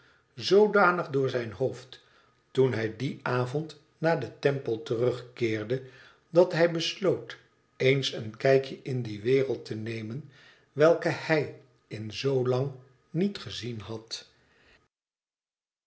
zoodanig door zijn hoofd toen hij dien avond naar den temple terugkeerde dat hij besloot eens een kijkje in die wereld te nemen welke hij in zoo lang niet gezien had